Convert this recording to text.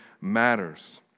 matters